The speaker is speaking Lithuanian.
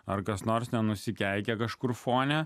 ar kas nors nenusikeikia kažkur fone